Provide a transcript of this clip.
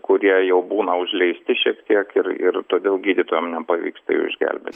kurie jau būna užleisti šiek tiek ir ir todėl gydytojam nepavyksta jų išgelbėt